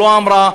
לא אמרה: